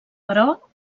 però